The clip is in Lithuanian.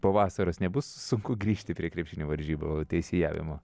po vasaros nebus sunku grįžti prie krepšinio varžybų teisėjavimo